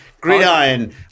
gridiron